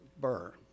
Burr